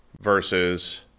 versus